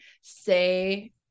say